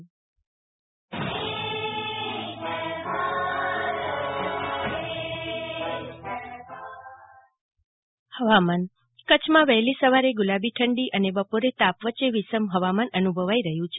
જાગૃતિ વકીલ કરછમાં વહેલી સવારે ગુલાબી ઠંડી અને બપોરે તાપ વચ્ચે વિષમ હવામાન અનુભવાઈ રહ્યું છે